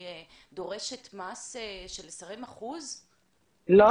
היא דורשת מס של 20%. לא,